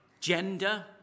gender